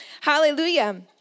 Hallelujah